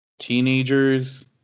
Teenagers